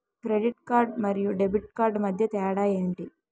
Credit card మరియు debit card మధ్య తేడా ఎంటి?